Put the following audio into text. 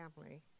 family